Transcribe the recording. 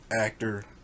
actor